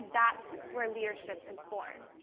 that's where leadership is born.